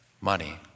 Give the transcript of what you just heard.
money